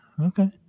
okay